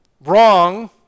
wrong